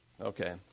okay